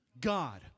God